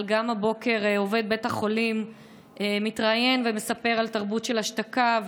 אבל גם הבוקר עובד בית החולים מתראיין ומספר על תרבות של השתקה,